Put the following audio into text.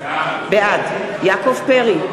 בעד יעקב פרי,